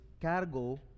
cargo